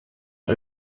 der